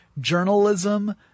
journalism